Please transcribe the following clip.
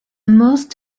most